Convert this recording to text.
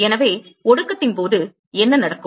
எனவே ஒடுக்கத்தின் போது என்ன நடக்கும்